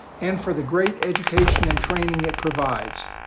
and for the great education and training it provides.